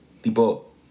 Tipo